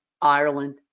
Ireland